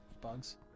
Bugs